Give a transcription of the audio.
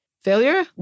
Failure